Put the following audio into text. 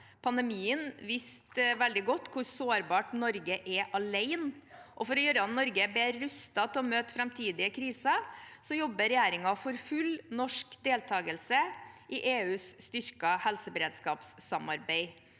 Pandemien viste veldig godt hvor sårbart Norge er alene. For å gjøre Norge bedre rustet til å møte framtidige kriser jobber regjeringen for full norsk deltakelse i EUs styrkede helseberedskapssamarbeid